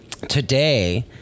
Today